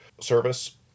service